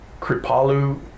Kripalu